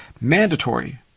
Mandatory